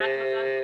כמעט מזל טוב.